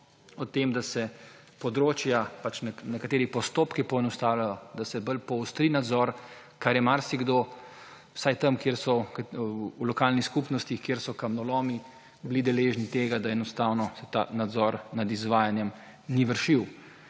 o tem, da se področja, pač nekateri postopki poenostavljajo, da se bolj poostri nadzor, kar je marsikdo, vsaj tam v lokalnih skupnostih, kjer so kamnolomi, bili deležni tega, da enostavno ta nadzor nad izvajanjem ni vršil,